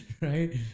right